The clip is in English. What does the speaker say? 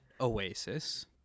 Oasis